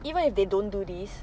even if they don't do this